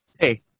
hey